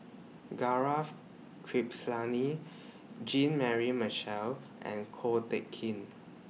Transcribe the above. Gaurav Kripalani Jean Mary Marshall and Ko Teck Kin